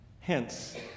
Hence